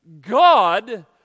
God